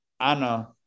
Anna